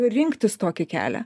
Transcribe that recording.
rinktis tokį kelią